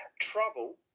trouble